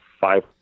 five